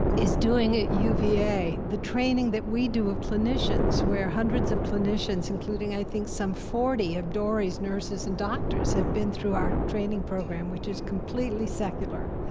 is doing at uva, the training that we do of clinicians, where hundreds of clinicians, including, i think, some forty of dorrie's nurses and doctors, have been through our training program, which is completely secular.